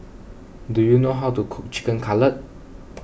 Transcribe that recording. do you know how to cook Chicken Cutlet